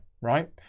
right